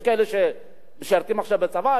יש כאלה שמשרתים עכשיו בצבא,